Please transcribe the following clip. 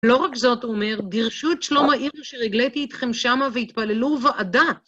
לא רק זאת, אומר, דירשו את שלום העיר, אשר הגלתי אתכם שמה, והתפללו ועדת.